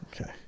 Okay